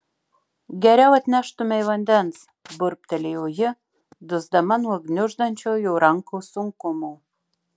geriau atneštumei vandens burbtelėjo ji dusdama nuo gniuždančio jo rankos sunkumo